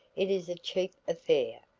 it is a cheap affair,